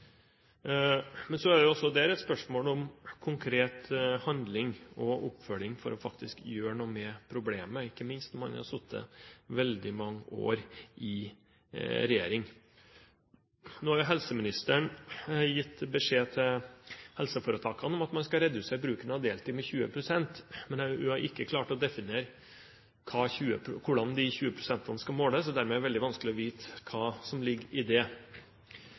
Men så er jo det også der et spørsmål om konkret handling og oppfølging for faktisk å gjøre noe med problemet, ikke minst når man har sittet veldig mange år i regjering. Nå har jo helseministeren gitt beskjed til helseforetakene om at man skal redusere bruken av deltid med 20 pst. Men hun har ikke klart å definere hvordan de 20 pst. skal måles, og dermed er det veldig vanskelig å vite hva som ligger i det.